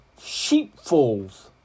sheepfolds